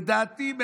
לדעתי,